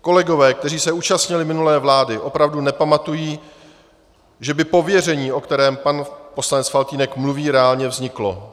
Kolegové, kteří se účastnili minulé vlády, opravdu nepamatují, že by pověření, o kterém pan poslanec Faltýnek mluví, reálně vzniklo.